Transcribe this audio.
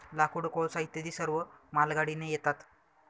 लाकूड, कोळसा इत्यादी सर्व मालगाडीने येतात